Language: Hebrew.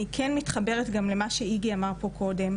אני כן מתחברת גם למה שאיגי אמר פה קודם,